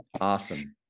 Awesome